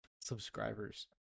subscribers